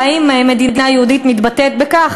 והאם מדינה יהודית מתבטאת בכך